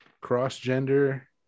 cross-gender